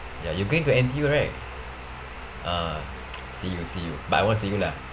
ya you going to N_T_U right uh see you see you but I won't see you lah